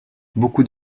beaucoup